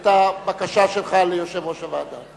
את הבקשה שלך ליושב-ראש הוועדה,